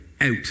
out